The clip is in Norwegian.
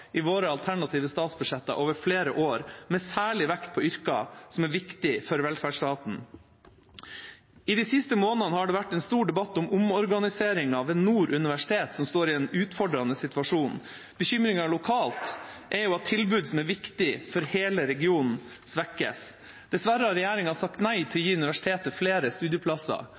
i våre alternative statsbudsjetter, med særlig vekt på yrker som er viktige for velferdsstaten. I de siste månedene har det vært en stor debatt om omorganiseringen ved Nord universitet, som står i en utfordrende situasjon. Bekymringen lokalt er at tilbud som er viktige for hele regionen, svekkes. Dessverre har regjeringa sagt nei til å gi universitetet flere studieplasser.